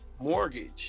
mortgage